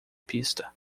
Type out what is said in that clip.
pista